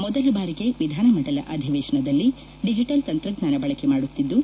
ಮೊದಲ ಬಾರಿಗೆ ವಿಧಾನಮಂಡಲ ಅಧಿವೇಶನದಲ್ಲಿ ಡಿಜೆಟಲ್ ತಂತ್ರಜ್ವಾನ ಬಳಕೆ ಮಾಡುತ್ತಿದ್ದು